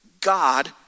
God